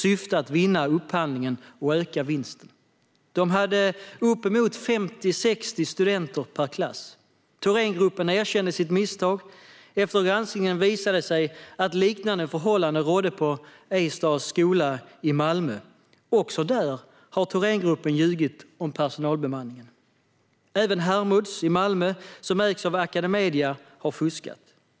De hade uppemot 50-60 studenter per klass. Thorengruppen erkände sitt misstag, och efter granskningen visade det sig att liknande förhållanden rådde på Astars skola i Malmö. Också där har Thorengruppen ljugit om personalbemanningen. Även Hermods i Malmö, som ägs av Academedia, har fuskat.